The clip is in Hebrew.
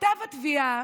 כתב התביעה